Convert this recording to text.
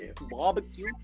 Barbecue